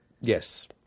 Yes